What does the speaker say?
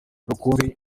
rukumbi